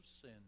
sin